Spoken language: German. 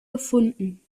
gefunden